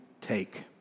take